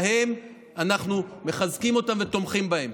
להם, אנחנו מחזקים אותם ותומכים בהם.